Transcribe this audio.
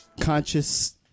conscious